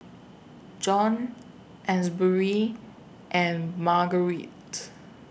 Jon Asbury and Margarite